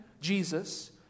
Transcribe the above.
Jesus